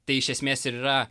tai iš esmės ir yra